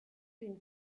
d’une